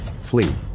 flee